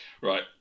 Right